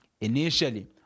initially